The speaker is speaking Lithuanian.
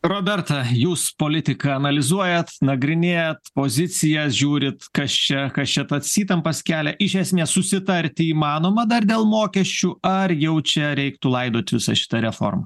roberta jūs politiką analizuojat nagrinėjat pozicijas žiūrit kas čia kas čia tas įtampas kelia iš esmės susitarti įmanoma dar dėl mokesčių ar jau čia reiktų laidot visą šitą reformą